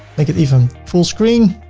make it even full screen.